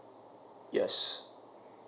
yes